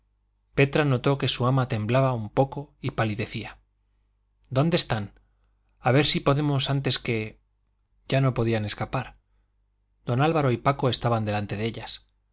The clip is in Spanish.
petra notó que su ama temblaba un poco y palidecía dónde están a ver si podemos antes que ya no podían escapar don álvaro y paco estaban delante de ellas